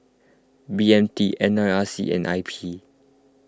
B M T N R I C and I P